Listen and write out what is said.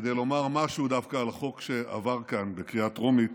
כדי לומר משהו דווקא על החוק שעבר כאן בקריאה טרומית